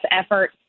effort